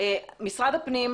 משרד הפנים,